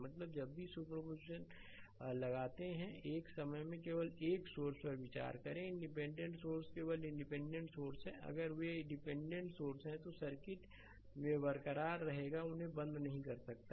मतलब जब भी सुपर पोजिशन लगाते हैं तो एक समय में केवल एक सोर्स पर विचार करें इंडिपेंडेंट सोर्स केवल इंडिपेंडेंट सोर्स है अगर वे डिपेंडेंट सोर्स हैं तो सर्किट में बरकरार रहेगा उन्हें बंद नहीं कर सकता है